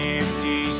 empty